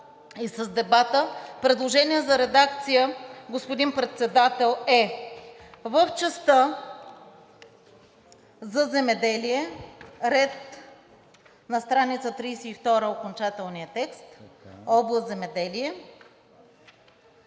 предложение за редакция, господин Председател, е в частта за земеделие на стр. 32 в окончателния текст, област „Земеделие“,